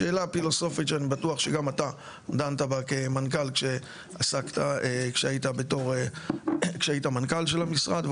שאלה פילוסופית שאני בטוח שגם אתה דנת בה כמנכ"ל כשהיית מנכ"ל של המשרד,